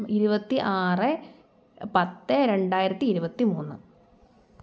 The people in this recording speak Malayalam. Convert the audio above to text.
ഇരുപത്തി ആറ് പത്ത് രണ്ടായിരത്തിയിരുപത്തി മൂന്ന്